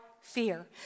fear